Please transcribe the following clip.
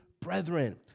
brethren